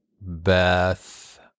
Beth